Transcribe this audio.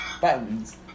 buttons